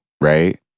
Right